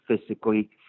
physically